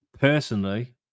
Personally